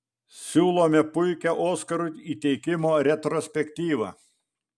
siūlome puikią oskarų įteikimo retrospektyvą